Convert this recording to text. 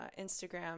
Instagram